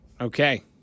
Okay